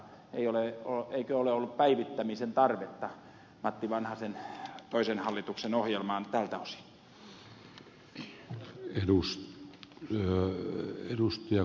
eikö ole ollut päivittämisen tarvetta matti vanhasen toisen hallituksen ohjelmaan tältä osin